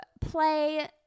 play